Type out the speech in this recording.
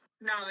No